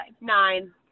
Nine